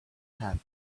happen